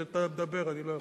כי כשאתה מדבר אני לא יכול.